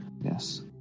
Yes